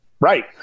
Right